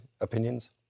opinions